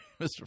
Mr